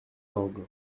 angles